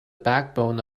backbone